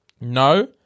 no